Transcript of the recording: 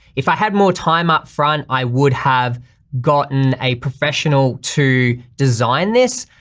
if i had more time up front i would have gotten a professional to design this,